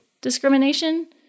discrimination